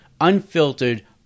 unfiltered